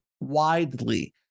widely